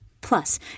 Plus